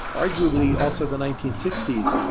arguably, also the nineteen sixty s.